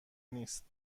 نیست